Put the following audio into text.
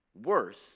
worse